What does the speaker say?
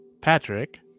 Patrick